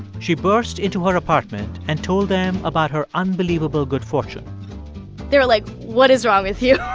she burst into her apartment and told them about her unbelievable good fortune they were like, what is wrong with you?